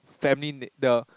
family na~ the